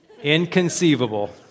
Inconceivable